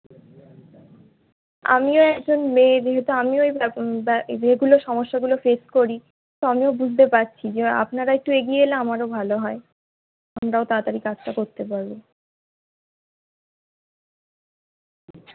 আমিও একজন মেয়ে যেহেতু আমিও এই রকম ব্য যেগুলো সমস্যাগুলো ফেস করি তো আমিও বুঝতে পারছি যে আপনারা একটু এগিয়ে এলে আমারও ভালো হয় আমরাও তাড়াতাড়ি কাজটা করতে পারবো